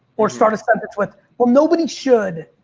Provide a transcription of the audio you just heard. or start a sentence with, well, nobody should.